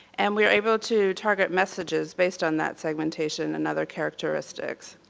and we are able to target messages based on that segmentation and other characteristics.